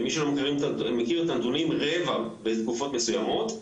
למי שלא מכיר את הנתונים, רבע בתקופות מסוימות.